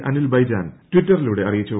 അനിൽ ബൈജാൽ ട്വിറ്ററിലൂടെ അറിയിച്ചു